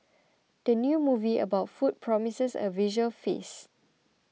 the new movie about food promises a visual feast